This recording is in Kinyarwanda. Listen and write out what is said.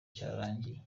cyararangiye